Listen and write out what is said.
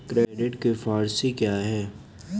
Credit के four C क्या हैं?